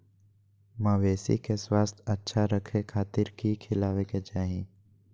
मवेसी के स्वास्थ्य अच्छा रखे खातिर की खिलावे के चाही?